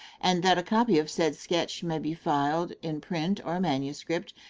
and that a copy of said sketch may be filed, in print or manuscript,